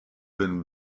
been